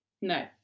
No